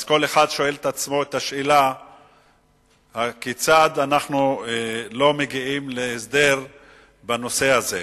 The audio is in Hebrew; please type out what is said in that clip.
אז כל אחד שואל את עצמו את השאלה כיצד אנחנו לא מגיעים להסדר בנושא הזה,